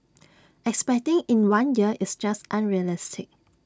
expecting in one year is just unrealistic